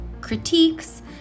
critiques